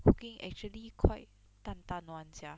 cooking actually quite 淡淡 [one] sia